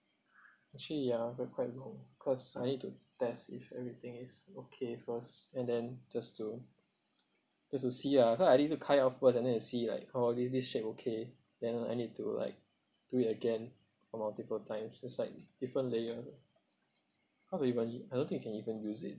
actually ya that quite long cause I need to test if everything is okay first and then just to just to see ah cause I need to cut it off first and then you see like oh this this shape okay then I need to like do it again for multiple times it's like different layer how to even I don't think you can even use it